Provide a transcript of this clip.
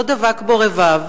לא דבק בו רבב,